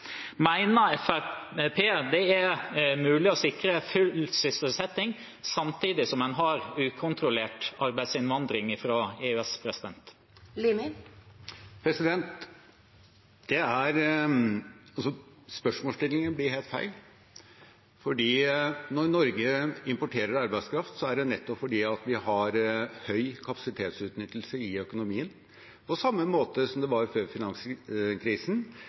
det er mulig å sikre full sysselsetting samtidig som en har ukontrollert arbeidsinnvandring fra EØS? Spørsmålsstillingen blir helt feil. Norge importerer arbeidskraft fordi vi har høy kapasitetsutnyttelse i økonomien, på samme måte som det var før finanskrisen,